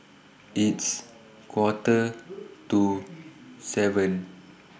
its Quarter to seven